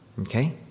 Okay